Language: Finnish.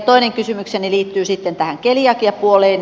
toinen kysymykseni liittyy sitten tähän keliakiapuoleen